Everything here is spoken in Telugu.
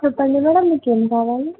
చెప్పండి మేడం మీకేం కావాలి